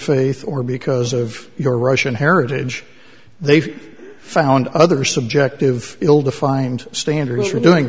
faith or because of your russian heritage they've found other subjective ill defined standards for doing